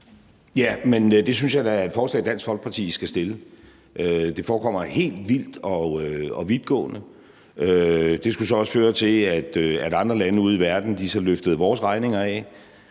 Rasmussen): Det synes jeg da er et forslag, Dansk Folkeparti skal fremsætte. Det forekommer mig helt vildt og vidtgående. Det skulle så også føre til, at andre lande ude i verden så løftede vores regninger af,